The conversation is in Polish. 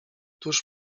tuż